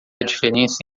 diferença